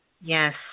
Yes